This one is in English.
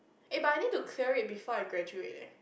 eh but I need to clear it before I graduate eh